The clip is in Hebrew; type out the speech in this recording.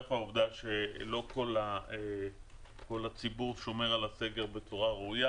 חרף העובדה שלא כל הציבור שומר על הסגר בצורה ראויה,